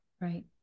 Right